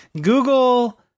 Google